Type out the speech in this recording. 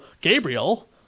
Gabriel